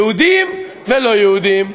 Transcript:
יהודים ולא-יהודים,